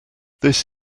this